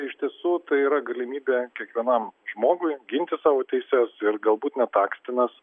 iš tiesų tai yra galimybė kiekvienam žmogui ginti savo teises ir galbūt net akstinas